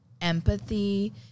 empathy